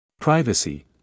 Privacy